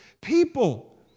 people